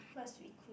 what is recluse